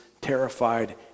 terrified